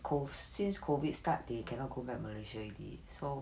COV~ since COVID start they you cannot go back malaysia already so